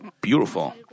beautiful